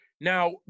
Now